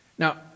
Now